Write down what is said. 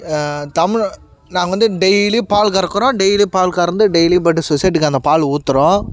தமிழ் நாங்கள் வந்து டெய்லி பால் கறக்கிறோம் டெய்லி பால் கறந்து டெய்லி போய்ட்டு சொசைட்டிக்கு அந்த பால் ஊத்துறோம்